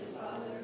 Father